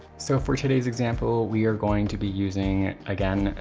so for today's example we are going to be using again,